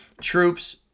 troops